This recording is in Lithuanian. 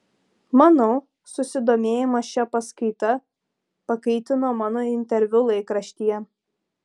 manau susidomėjimą šia paskaita pakaitino mano interviu laikraštyje